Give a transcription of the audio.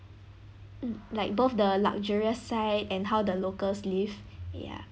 like both the luxurious side and how the locals live ya